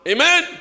Amen